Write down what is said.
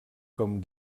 com